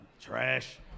Trash